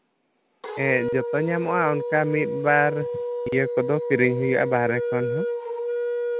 ᱦᱮᱸ ᱡᱚᱛᱚ ᱧᱟᱢᱚᱜᱼᱟ ᱚᱱᱠᱟ ᱢᱤᱫ ᱵᱟᱨ ᱤᱭᱟᱹ ᱠᱚᱫᱚ ᱠᱤᱨᱤᱧ ᱦᱩᱭᱩᱜᱼᱟ ᱵᱟᱦᱚᱨᱮ ᱠᱷᱚᱱ ᱦᱚᱸ